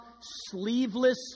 sleeveless